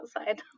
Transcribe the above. outside